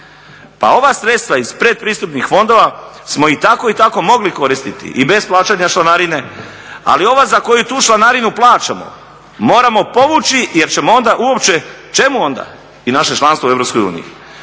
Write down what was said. Pa ova sredstva iz pretpristupnih fondova smo i tako i tako mogli koristiti i bez plaćanja članarine, ali ova za koju tu članarinu plaćamo moramo povući jer ćemo onda uopće, ćemu onda i naše članstvo u EU.